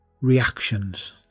reactions